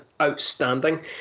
outstanding